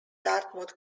dartmouth